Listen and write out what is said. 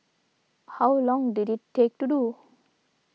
how long did it take to do